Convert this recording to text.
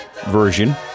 version